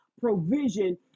provision